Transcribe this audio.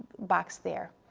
box there.